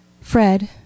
Fred